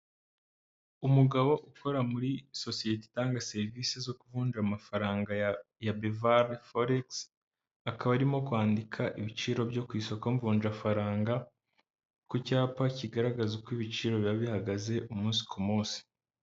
Umugabo ukora muri sosiyete itanga serivisi zo kuvunja amafaranga ya bevare foregisi akaba arimo kwandika ibiciro byo ku isoko mvunjfaranga ku cyapa kigaragaza uko ibiciro biba bihagaze umunsi ku munsi.